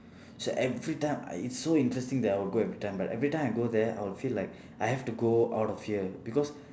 so everytime I it's so interesting that I will go everytime but everytime I go there I will feel like I have to go out of here because